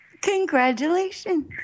Congratulations